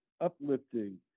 uplifting